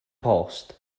post